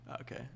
Okay